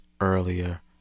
earlier